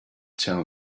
tell